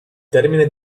termine